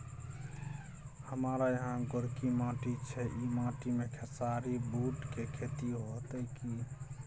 हमारा यहाँ गोरकी माटी छै ई माटी में खेसारी, बूट के खेती हौते की?